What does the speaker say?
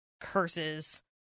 curses